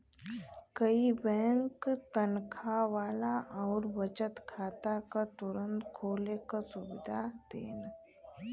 कई बैंक तनखा वाला आउर बचत खाता क तुरंत खोले क सुविधा देन